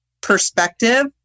perspective